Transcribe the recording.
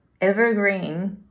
evergreen